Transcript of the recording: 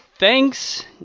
Thanks